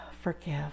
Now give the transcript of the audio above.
Forgive